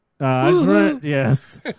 Yes